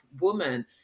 woman